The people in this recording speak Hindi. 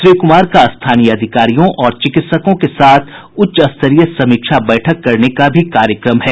श्री कुमार का स्थानीय अधिकारियों और चिकित्सकों के साथ उच्चस्तरीय समीक्षा बैठक करने का भी कार्यक्रम है